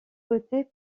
côtés